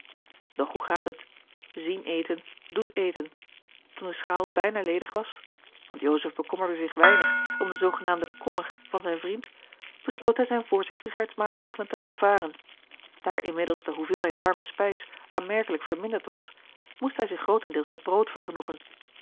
doch hoe gaat het zien eten doet eten toen de schaal bijna ledig was want joseph bekommerde zich weinig om den zoogenaamden kommer van zijn vriend besloot hij zijne voorzigtigheidsmaatregelen te laten varen daar inmiddels de hoeveelheid warme spijs aanmerkelijk verminderd was moest hij zich grootendeels met brood vergenoegen